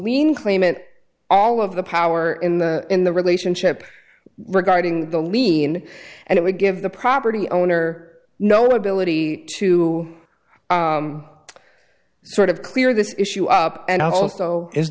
lien claimant all of the power in the in the relationship regarding the lien and it would give the property owner no ability to sort of clear this issue up and also is